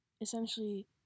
essentially